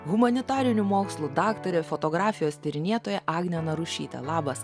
humanitarinių mokslų daktare fotografijos tyrinėtoja agne narušyte labas